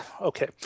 okay